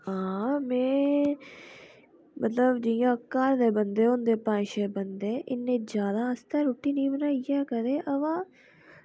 हां में मतलब जि'यां घर दे बंदे होंदे पंज छे ते इन्ने जैदा आस्तै रुट्टी नेईं बनाई कदैं व